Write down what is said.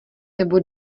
nebo